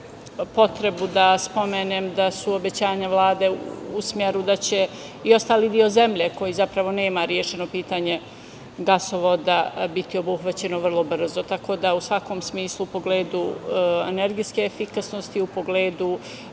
potrebu da spomenem da su obećanja Vlade u smeru da će i ostali deo zemlje koji zapravo nema rešenje pitanje gasovoda biti obuhvaćeno vrlo brzo. Tako da u svakom smislu, pogledu energetske efikasnosti, u pogledu